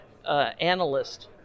Analyst